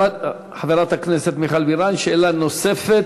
חברת הכנסת מיכל בירן, שאלה נוספת.